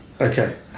Okay